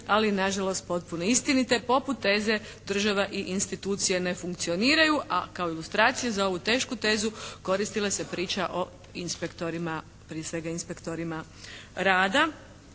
ali nažalost potpuno istinite, poput teze država i institucija ne funkcioniraju. A kao ilustracija za ovu tešku tezu koristila se priča o inspektorima, prije svega inspektorima rada.